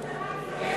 אוקיי.